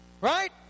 right